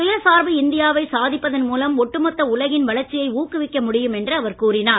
சுயசார்பு இந்தியாவை சாதிப்பதன் மூலம் ஒட்டுமொத்த உலகின் வளர்ச்சியை ஊக்குவிக்க முடியும் என்று அவர் கூறினார்